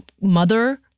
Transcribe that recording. mother